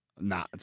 Nah